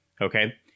okay